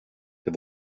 det